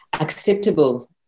acceptable